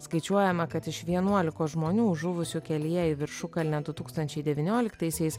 skaičiuojama kad iš vienuolikos žmonių žuvusių kelyje į viršukalnę du tūkstančiai devynioliktaisiais